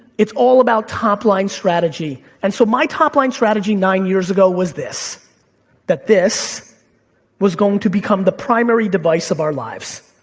it's all about top line strategy. and so my top line strategy nine years ago was this that this was going to become the primary device of our lives.